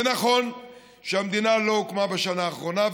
זה נכון שהמדינה לא הוקמה בשנה האחרונה,